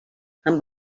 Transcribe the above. amb